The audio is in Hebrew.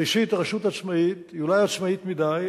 ראשית, הרשות עצמאית, והיא אולי עצמאית מדי.